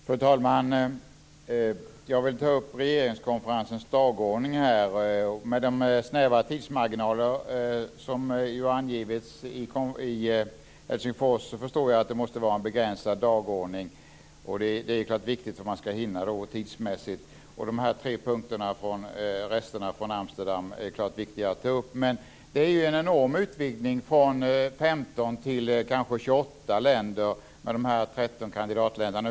Fru talman! Jag vill ta upp regeringskonferensens dagordning. Med de snäva tidsmarginaler som har angivits i Helsingfors förstår jag att det måste vara en begränsad dagordning. Det är klart att det är viktigt att man ska hinna tidsmässigt, och de tre punkterna - rester från Amsterdam - är viktiga att ta upp. Men det är ju en enorm utvidgning från 15 till kanske 28 länder med de 13 kandidatländerna.